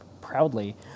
proudly